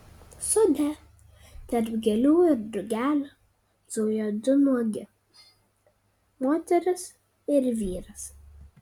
sode tarp gėlių ir drugelių zujo du nuogi moteris ir vyras